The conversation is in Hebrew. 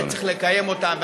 אני חושב שצריך לקיים אותו.